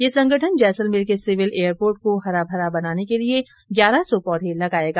यह संगठन जैसलमेर के सिविल एयरपोर्ट को हरा भरा बनाने के लिए ग्यारह सौ पौधे लगाएगा